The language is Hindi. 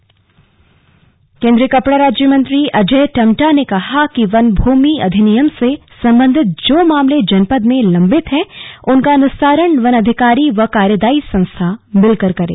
स्लग अजय टम्टा केन्द्रीय कपड़ा राज्यमंत्री अजय टम्टा ने कहा कि वन भूमि अधिनियम से सम्बन्धित जो मामले जनपद के लम्बित है उनका निस्तारण वनाधिकारी व कार्यदायी संस्था मिलकर करें